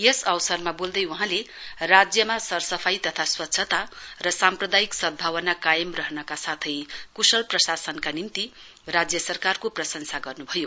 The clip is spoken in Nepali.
यस अवसरमा वोल्दै वहाँले राज्यमा सरसफाई तथा स्वच्छता र साम्प्रदायिक सदभावना कायम रहनका साथै कुशल प्रशासनका निम्ति राज्य सरकारको प्रशंसा गर्नुभयो